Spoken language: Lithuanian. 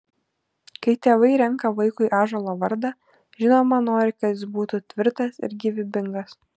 kai tėvai renka vaikui ąžuolo vardą žinoma nori kad jis būtų tvirtas ir gyvybingas